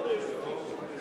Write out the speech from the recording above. פקודת מס הכנסה (מס' 190)